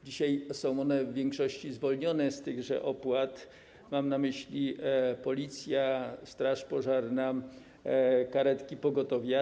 Dzisiaj są one w większości zwolnione z tychże opłat, mam na myśli Policję, straż pożarną, karetki pogotowia.